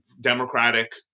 democratic